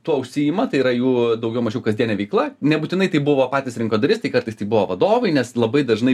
tuo užsiima tai yra jų daugiau mažiau kasdienė veikla nebūtinai tai buvo patys rinkodaristai kartais tai buvo vadovai nes labai dažnai